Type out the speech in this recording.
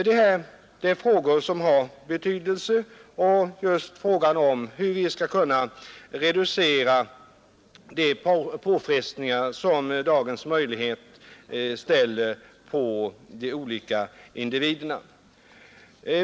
Det här är frågor som har betydelse just när det gäller hur vi skall kunna reducera de påfrestningar som dagens samhälle utsätter de olika individerna för.